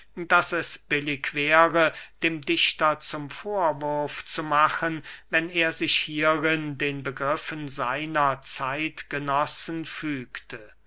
daß es billig wäre dem dichter zum vorwurf zu machen wenn er sich hierin den begriffen seiner zeitgenossen fügte